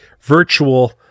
Virtual